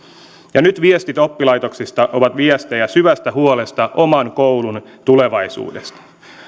nyt viestit oppilaitoksista ovat viestejä syvästä huolesta oman koulun tulevaisuudesta